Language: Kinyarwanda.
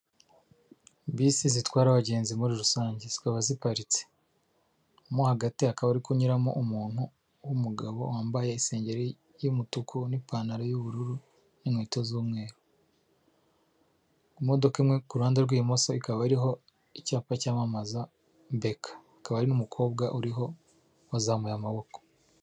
Bisi zitwara abagenzi muri rusange zikaba ziparitse, mo hagati hakaba hari kunyuramo umuntu w'umugabo wambaye y'umutuku n'ipantaro y'ubururu n'inkweto z'umweru, imodoka imwe ku ruhande rw'ibumoso ikaba iriho icyapa cyamamaza beka, hakaba n'umukobwa uriho wazamuye amaboko.